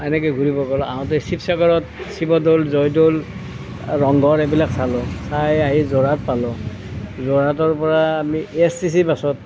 এনেকে ঘূৰিব গ'লোঁ আহোঁতে শিৱসাগৰত শিৱদৌল জয়দৌল ৰংঘৰ এইবিলাক চালোঁ চাই আহি যোৰহাট পালোঁ যোৰহাটৰ পৰা আমি এএছটিচি বাছত